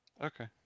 Okay